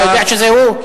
אתה יודע שזה הוא?